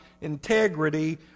integrity